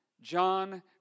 John